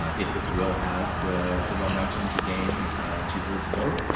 um if it will have the the momentum to gain a two thirds vote,